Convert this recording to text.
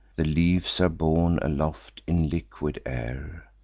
the leafs are borne aloft in liquid air,